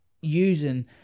using